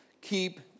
keep